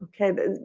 okay